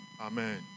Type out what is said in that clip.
Amen